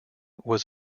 was